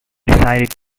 decided